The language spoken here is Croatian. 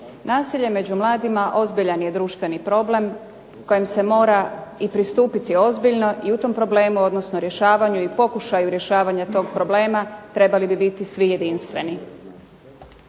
Nasilje među mladima ozbiljan je društveni problem i kojem se mora pristupiti ozbiljno i u tom problemu, odnosno rješavanju i pokušaju rješavanja tog problema, trebali bi biti svi jedinstveni.